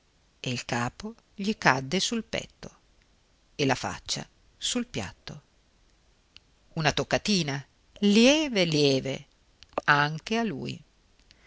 e il capo gli cadde sul petto e la faccia sul piatto una toccatina lieve lieve anche lui